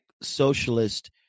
socialist